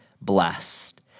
blessed